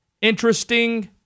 interesting